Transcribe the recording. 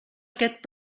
aquest